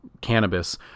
cannabis